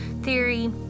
theory